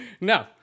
No